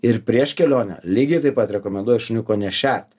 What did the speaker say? ir prieš kelionę lygiai taip pat rekomenduoju šuniuko nešert